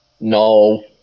No